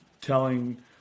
telling